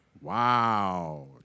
Wow